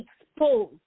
exposed